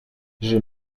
j’ai